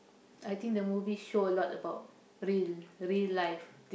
I think the movie show a lot about real real life